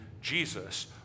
Jesus